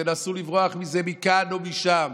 תנסו לברוח מזה מכאן או משם.